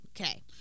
okay